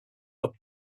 are